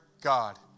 God